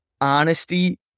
honesty